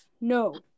No